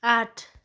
आठ